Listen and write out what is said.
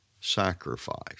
sacrifice